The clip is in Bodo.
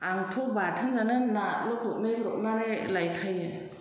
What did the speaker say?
आंथ' बाथोन जानो नाल' गुरनै ब्रबनानै लायखायो